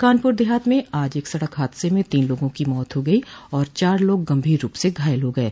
कानपूर देहात में आज एक सड़क हादसे में तीन लोगों की मौत हो गयी और चार लोग गंभीर रूप से घायल हो गये